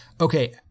okay